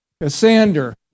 Cassander